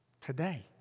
today